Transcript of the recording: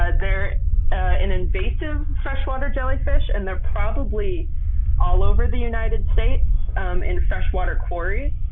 ah they're an invasive freshwater jellyfish and they're probably all over the united states um in freshwater quarries.